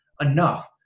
enough